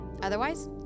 Otherwise